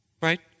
Right